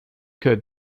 could